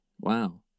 Wow